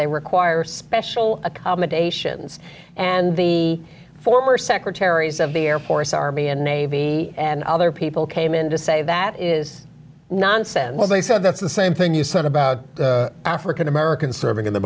they require special accommodations and the former secretaries of the air force army and navy and other people came in to say that is nonsense they said that's the same thing you said about african americans serving in the